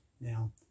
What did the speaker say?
Now